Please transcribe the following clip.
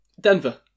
Denver